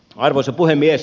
arvoisa puhemies